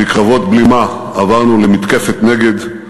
מקרבות בלימה עברנו למתקפת נגד,